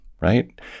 right